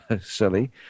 silly